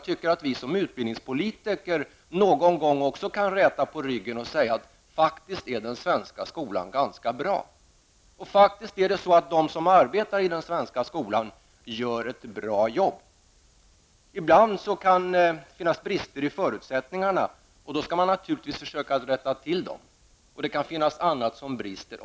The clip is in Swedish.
Vi såsom utbildningspolitiker kan någon gång räta på ryggen och säga: Faktiskt är den svenska skolan ganska bra. De som arbetar inom den svenska skolan gör ett bra jobb. Ibland kan det finnas brister i förutsättningarna, och då skall man naturligtvis rätta till dem. Det kan finnas också annat som brister.